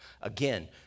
Again